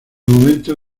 momento